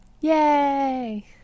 yay